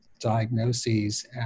diagnoses